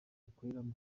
dukoreramo